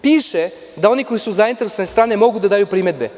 Piše da oni koji su zainteresovane strane mogu da daju primedbe.